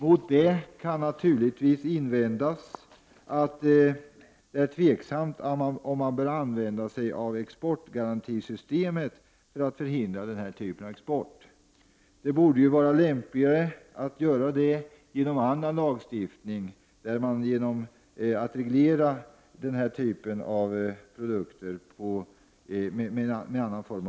Mot detta kan naturligtvis invändas att det är osäkert om man bör använda sig av exportgarantisystemet för att förhindra den typen av export. Det borde ju vara lämpligare att göra det genom annan lagstiftning, där man kan reglera denna typ av produkter.